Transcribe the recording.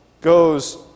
goes